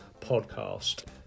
Podcast